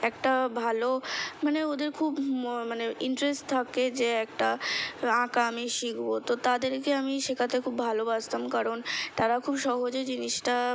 একটা ভালো মানে ওদের খুব ম মানে ইন্টারেস্ট থাকে যে একটা আঁকা আমি শিখবো তো তাদেরকে আমি শেখাতে খুব ভালোবাসতাম কারণ তারা খুব সহজে জিনিসটা